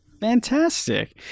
fantastic